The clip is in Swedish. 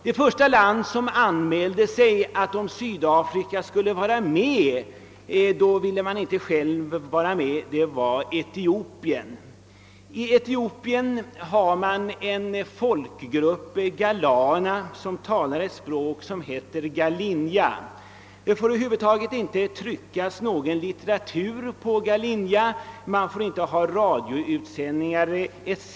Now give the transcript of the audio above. Det första land som anmälde att det inte ville vara med i olympiaden om Sydafrika skulle deltaga var t.ex. Etiopien. I Etiopien finns en folkgrupp, gallafolket, som talar ett språk som heter galinja. Det får över huvud taget inte tryckas någon litteratur på galinja, och man får inte heller ha radioutsändningar etc.